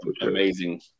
amazing